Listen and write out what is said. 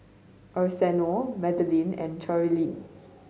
Arsenio Madelynn and Cherilyn